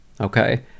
okay